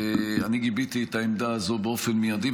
גיביתי את העמדה הזאת באופן מיידי,